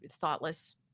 thoughtless